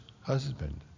husband